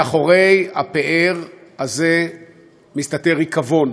מאחורי הפאר הזה מסתתר ריקבון,